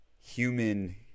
human